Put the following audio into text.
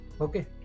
Okay